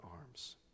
arms